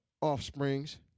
offsprings